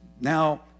now